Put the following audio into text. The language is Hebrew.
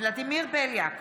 בליאק,